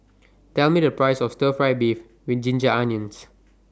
Tell Me The Price of Stir Fry Beef with Ginger Onions